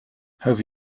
have